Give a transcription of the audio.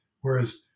whereas